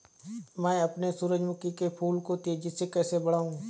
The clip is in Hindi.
मैं अपने सूरजमुखी के फूल को तेजी से कैसे बढाऊं?